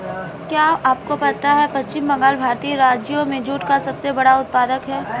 क्या आपको पता है पश्चिम बंगाल भारतीय राज्यों में जूट का सबसे बड़ा उत्पादक है?